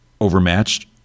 overmatched